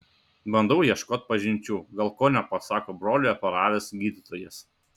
bandau ieškot pažinčių gal ko nepasako brolį operavęs gydytojas